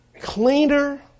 cleaner